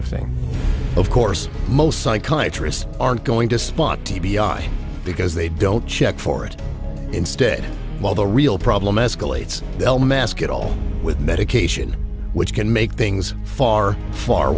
of thing of course most psychometrist aren't going to spot t b i because they don't check for it instead while the real problem escalates they'll mask it all with medication which can make things far far